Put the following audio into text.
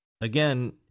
Again